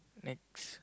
next